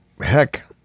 heck